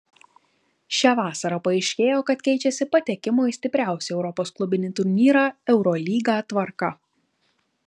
šią vasarą paaiškėjo kad keičiasi patekimo į stipriausią europos klubinį turnyrą eurolygą tvarka